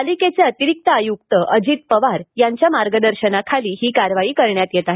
पालिकेचे अतिरिक्त आयुक्त अजित पवार यांच्या मार्गदर्शनाखाली ही कारवाई करण्यात येत आहे